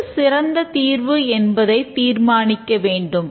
எது சிறந்த தீர்வு என்பதை தீர்மானிக்க வேண்டும்